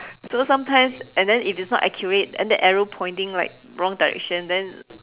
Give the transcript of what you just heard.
so sometimes and then if it's not accurate and the arrow pointing like wrong direction then